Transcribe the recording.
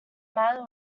matter